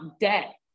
debt